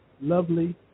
lovely